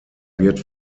wird